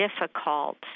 difficult